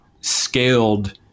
scaled